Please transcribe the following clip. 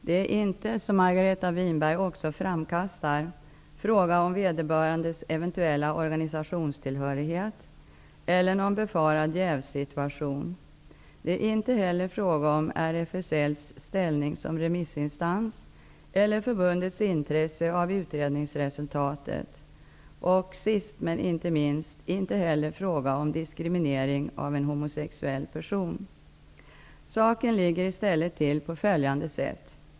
Det är inte, som Margareta Winberg också framkastar, fråga om vederbörandes eventuella organisationstillhörighet eller någon befarad jävssituation. Det är inte heller fråga om RFSL:s ställning som remissinstans eller förbundets intresse av utredningsresultatet och -- sist, men inte minst inte heller fråga om diskriminering av en homosexuell person. Saken ligger i stället till på följande sätt.